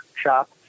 shop